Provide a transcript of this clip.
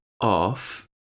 off